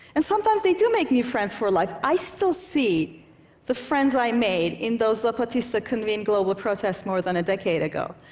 and sometimes they do make new friends for life. i still see the friends that i made in those zapatista-convened global protests more than a decade ago,